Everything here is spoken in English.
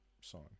song